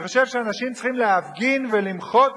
אני חושב שאנשים צריכים להפגין ולמחות,